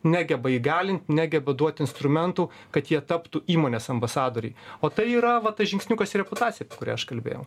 negeba įgalint negeba duot instrumentų kad jie taptų įmonės ambasadoriai o tai yra va tas žingsniukas į reputaciją apie kurią aš kalbėjau